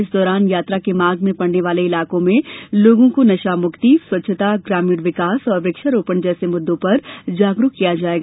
इस दौरान यात्रा के मार्ग में पड़ने वाले इलाकों में लोगों को नशामुक्ति स्वच्छता ग्रामीण विकास और वृक्षारोपण जैसे मुद्दों पर जागरुक बनाया जायेगा